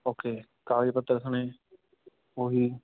okay ਕਾਗਜ਼ ਪੱਤਰ ਸਣੇ ਉਹੀ